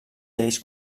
lleis